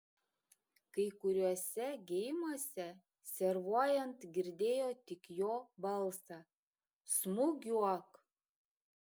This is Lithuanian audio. kai kuriuose geimuose servuojant girdėjo tik jo balsą smūgiuok